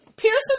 Pearson